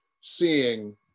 seeing